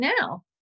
now